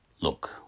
Look